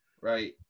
right